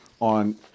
on